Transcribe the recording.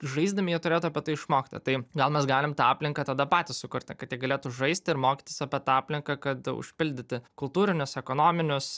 žaisdami jie turėtų apie tai išmokti tai gal mes galim tą aplinką tada patys sukurti kad jie galėtų žaisti ir mokytis apie tą aplinką kad užpildytų kultūrinius ekonominius